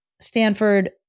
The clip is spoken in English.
Stanford